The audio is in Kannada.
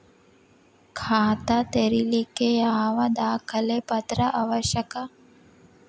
ಖಾತಾ ತೆರಿಲಿಕ್ಕೆ ಯಾವ ದಾಖಲೆ ಪತ್ರ ಅವಶ್ಯಕ?